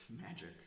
magic